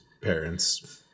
parents